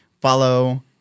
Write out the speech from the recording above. follow